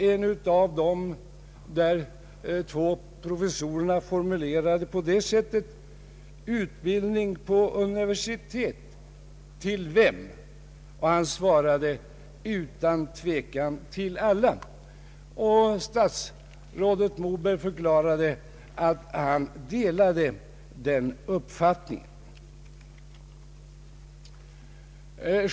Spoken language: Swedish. En av dessa två professorer formulerade frågan: ”Utbildning på universitet — till vem?” Han svarade utan tvekan: ”Till alla!” Statsrådet Moberg förklarade att han delade den uppfattningen.